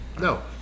No